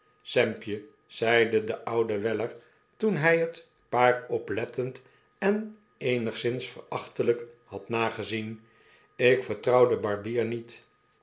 sampje zeide de oude weller toen hij het paar oplettend en eenigszins verachteltjk had nagezien ik vertrouw den barbier niet